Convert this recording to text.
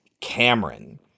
Cameron